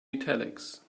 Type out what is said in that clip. italics